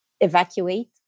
evacuate